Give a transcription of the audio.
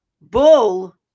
Bull